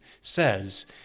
says